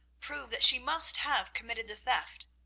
prove that she must have committed the theft,